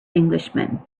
englishman